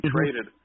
traded –